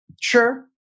Sure